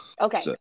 Okay